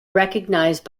recognized